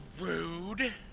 rude